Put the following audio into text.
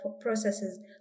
processes